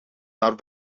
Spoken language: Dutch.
naar